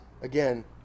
Again